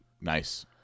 nice